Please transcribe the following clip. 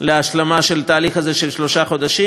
להשלמה של התהליך הזה של שלושה חודשים,